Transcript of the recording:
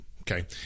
okay